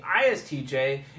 ISTJ